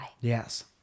Yes